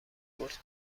برد